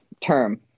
term